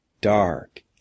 dark